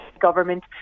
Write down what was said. government